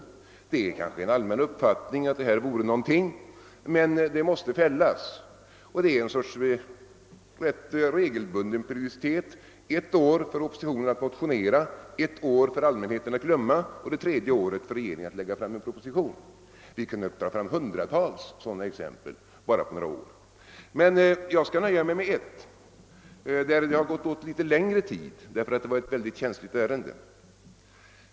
Det är kanske en allmän uppfattning att detta vore något att tänka på, men förslaget måste fällas. Vad som sedan händer företer en viss regelbundenhet och periodicitet: ett år för oppositionen att motionera, ett år för allmänheten att glömma och ett tredje år för regeringen att framlägga en proposition. Det finns hundratals sådana exempel bara från några år, men jag skall nöja mig med ett, där det har gått åt litet längre tid, eftersom det är ett känsligt ärende.